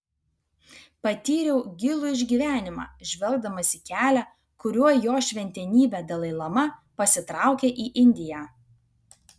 patyriau gilų išgyvenimą žvelgdamas į kelią kuriuo jo šventenybė dalai lama pasitraukė į indiją